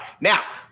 Now